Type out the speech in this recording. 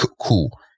cool